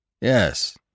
Yes